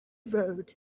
road